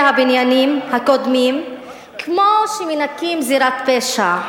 הבניינים הקודמים כמו שמנקים זירת פשע,